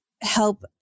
help